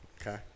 Okay